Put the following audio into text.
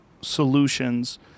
solutions